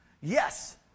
Yes